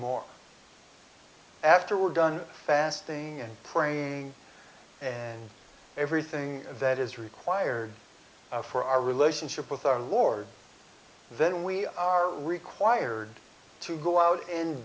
more after we're done fasting and praying and everything that is required for our relationship with our lord then we are required to go out and